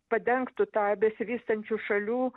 padengtų tą besivystančių šalių